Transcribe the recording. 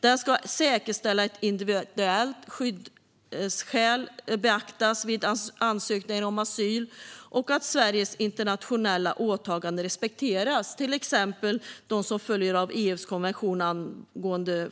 Den ska säkerställa att individuella skyddsskäl beaktas vid ansökningar om asyl och att Sveriges internationella åtaganden respekteras, till exempel de åtaganden som följer av FN:s konvention om